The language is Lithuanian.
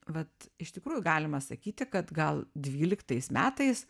vat iš tikrųjų galima sakyti kad gal dvyliktais metais